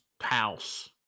House